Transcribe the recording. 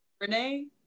Renee